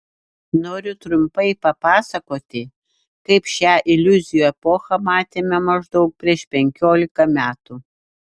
noriu trumpai papasakoti kaip šią iliuzijų epochą matėme maždaug prieš penkiolika metų